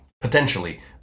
potentially